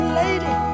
lady